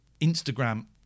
Instagram